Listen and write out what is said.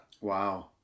Wow